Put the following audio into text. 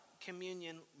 communion